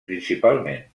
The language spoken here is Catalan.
principalment